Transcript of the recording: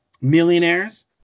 millionaires